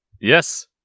Yes